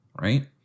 right